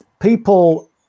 people